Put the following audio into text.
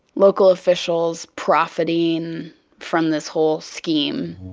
local officials profiting from this whole scheme.